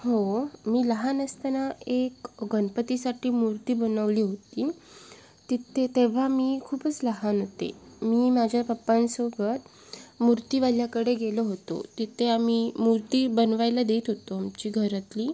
हो मी लहान असताना एक गणपतीसाठी मूर्ती बनवली होती ती ते तेव्हा मी खूपच लहान होते मी माझ्या पप्पांसोबत मूर्तीवाल्याकडे गेलो होतो तिथे आम्ही मूर्ती बनवायला देत होतो आमची घरातली